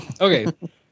Okay